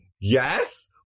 Yes